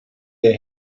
they